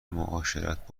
معاشرت